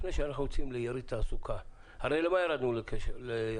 לפני שאנחנו יוצאים ליריד תעסוקה צריך לנסות